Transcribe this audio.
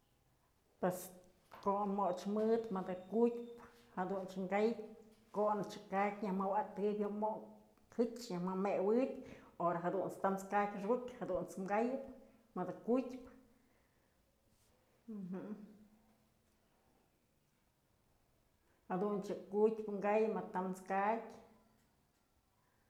Pues kon moch mëdë, madë ku'utpyë jadumch ka'ay, kon ëch ka'ak nyaj mëwa'atëp, jëch nyaj mëmëwëp mëdë ku'utpyë ahora jadunt's tams ka'ak xëkukyë jadunt's kayëp mëdë ku'utpyë, jadunch yë ku'utpyë ka'ak mëd tams kakyë.